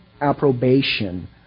approbation